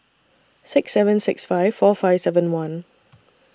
six seven six five four five seven one